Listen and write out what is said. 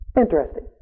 Interesting